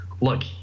look